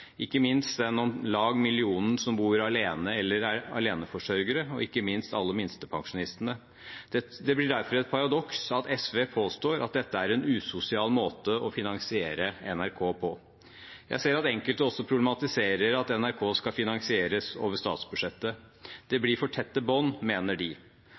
ikke minst den om lag millionen mennesker som bor alene, eller er aleneforsørgere, og ikke minst alle minstepensjonistene. Det blir derfor et paradoks når SV påstår at dette er en usosial måte å finansiere NRK på. Jeg ser at enkelte også problematiserer at NRK skal finansieres over statsbudsjettet. Det blir for tette bånd, mener de.